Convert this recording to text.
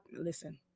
listen